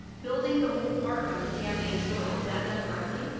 building the whole park on contaminated soil, is that done correctly?